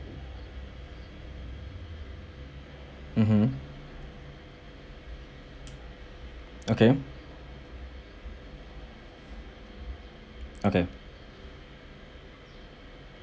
mmhmm okay okay